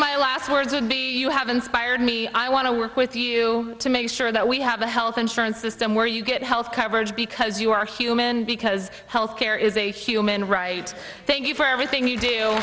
my last words would be you have inspired me i want to work with you to make sure that we have a health insurance system where you get health coverage because you are human because health care is a human right thank you for everything you do